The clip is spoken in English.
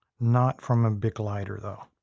not from a bic lighter, though.